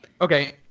Okay